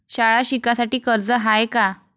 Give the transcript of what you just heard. शाळा शिकासाठी कर्ज हाय का?